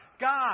God